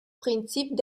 prinzip